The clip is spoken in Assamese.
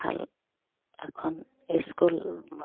ভাল এখন স্কুল